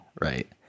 right